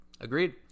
Agreed